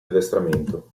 addestramento